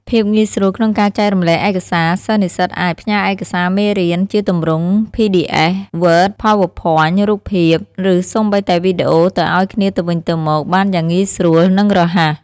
ភាពងាយស្រួលក្នុងការចែករំលែកឯកសារ សិស្សនិស្សិតអាច ផ្ញើរឯកសារមេរៀន ជាទម្រង់ ភីឌីអេស, វើត,ផៅវើភ័ញ, រូបភាព ឬសូម្បីតែវីដេអូទៅឲ្យគ្នាទៅវិញទៅមកបានយ៉ាងងាយស្រួល និងរហ័ស។